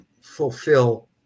fulfill